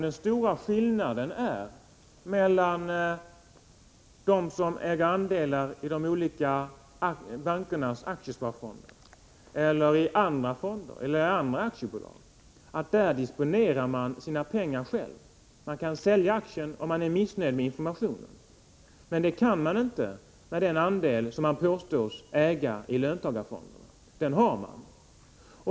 Den stora skillnaden mot att äga andelar i de olika bankernas aktiesparfonder, andra fonder eller aktiebolag är att där disponerar man själv sina pengar. Man kan sälja aktierna om man är missnöjd med informationen. Men det kan man inte med den andel som man påstås äga i löntagarfonderna — den har man.